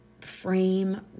frame